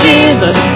Jesus